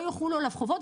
לא יחולו עליו חובות,